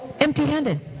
Empty-handed